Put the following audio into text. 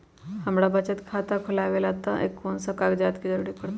हमरा बचत खाता खुलावेला है त ए में कौन कौन कागजात के जरूरी परतई?